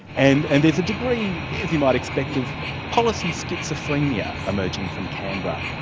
and and there's a degree, as you might expect, of policy schizophrenia emerging from canberra.